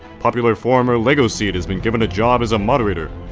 popular forumer legoseed has been given a job as a moderator.